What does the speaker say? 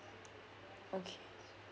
okay